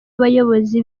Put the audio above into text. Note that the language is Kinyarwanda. bayobozi